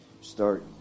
start